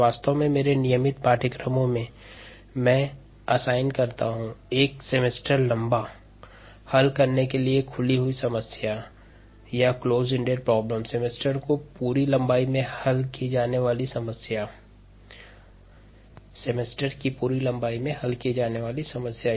वास्तव में मैं नियमित सेमेस्टर के पाठ्यक्रमों में हल करने के लिए ओपन एंडेड समस्या देता हूं क्योंकि इसके लिए लंबा समय लगता है